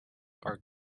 are